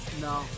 no